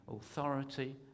authority